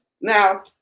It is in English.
Now